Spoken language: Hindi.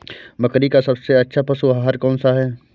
बकरी का सबसे अच्छा पशु आहार कौन सा है?